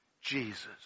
Jesus